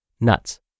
Nuts